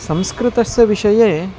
संस्कृतस्य विषये